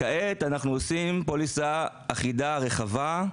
כעת אנחנו עושים פוליסה אחידה רחבה,